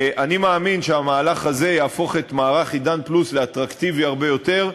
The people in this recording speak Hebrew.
אני מאמין שהמהלך הזה יהפוך את מערך "עידן פלוס" לאטרקטיבי יותר,